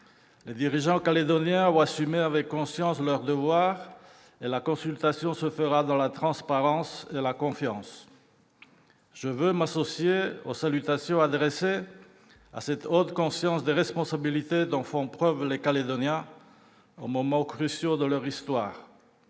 Les dirigeants calédoniens ont assumé avec conscience leur devoir, et la consultation se fera dans la transparence et la confiance. Je veux m'associer aux salutations adressées à cette haute conscience des responsabilités dont font preuve les Calédoniens aux moments cruciaux de leur histoire